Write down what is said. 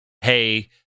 hey